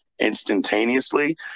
instantaneously